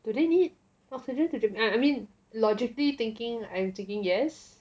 do they need oxygen to germin~ I mean logically thinking I'm thinking yes